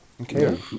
okay